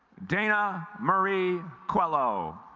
dana marie quill oh